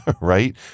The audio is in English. right